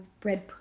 bread